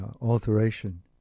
alteration